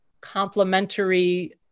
complementary